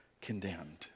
condemned